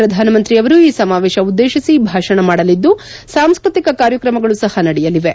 ಪ್ರಧಾನಮಂತ್ರಿಯವರು ಈ ಸಮಾವೇಶ ಉದ್ದೇಶಿಸಿ ಭಾಷಣ ಮಾಡಲಿದ್ದು ಸಾಂಸ್ಕತಿಕ ಕಾರ್ಯಕ್ರಮಗಳು ಸಹ ನಡೆಯಲಿವೆ